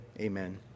Amen